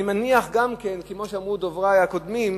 אני מניח גם כן, כמו שאמרו הדוברים הקודמים,